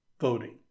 voting